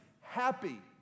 happy